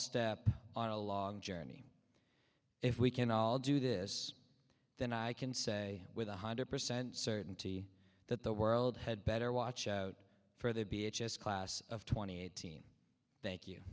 step on a long journey if we can all do this then i can say with one hundred percent certainty that the world had better watch out for the b h s class of twenty eighteen thank you